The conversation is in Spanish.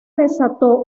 desató